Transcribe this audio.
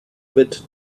bit